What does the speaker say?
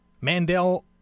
Mandel